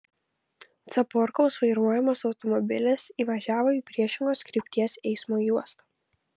caporkaus vairuojamas automobilis įvažiavo į priešingos krypties eismo juostą